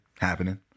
happening